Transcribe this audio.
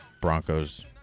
Broncos